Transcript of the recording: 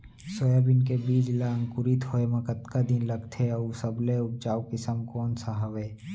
Soybean के बीज ला अंकुरित होय म कतका दिन लगथे, अऊ सबले उपजाऊ किसम कोन सा हवये?